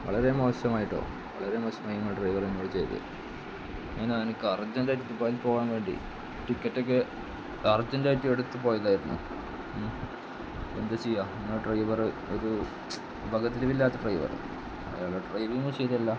വളരെ മോശമായിട്ടോ വളരെ മോശമായി നിങ്ങളുടെ ഡ്രൈവർ എന്നോട് ചെയ്തത് ഇന്ന് എനിക്ക് അർജൻ്റായിട്ട് ദുബായി പോകാൻ വേണ്ടി ടിക്കറ്റൊക്കെ അർജൻ്റായിട്ട് എടുത്ത് പോയതായിരുന്നു എന്ത് ചെയ്യാം ഡ്രൈവറ് ഒരു ഉപകാമില്ലാത്ത ഡ്രൈവർ അയാളുടെ ഡ്രൈവിങ്ങോ ശരി അല്ല